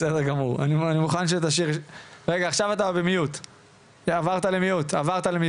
המשפט שאמרת, כי אנחנו